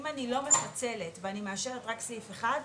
אם אני לא מפצלת ואני מאשרת רק סעיף 1,